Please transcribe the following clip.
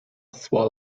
swell